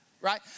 right